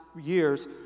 years